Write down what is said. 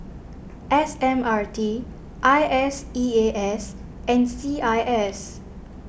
S M R T I S E A S and C I S